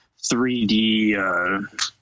3D